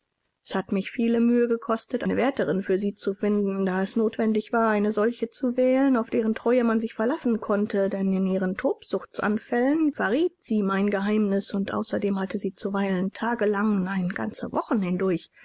es hat mich viele mühe gekostet eine wärterin für sie zu finden da es notwendig war eine solche zu wählen auf deren treue man sich verlassen konnte denn in ihren tobsuchtsanfällen verriet sie mein geheimnis und außerdem hatte sie zuweilen tagelang nein ganze wochen hindurch